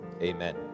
Amen